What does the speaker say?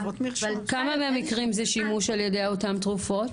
כמה מקרים זה שימוש על ידי אותם תרופות?